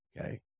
Okay